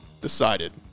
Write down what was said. decided